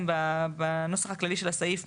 בנוסח הכללי של הסעיף,